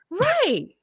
Right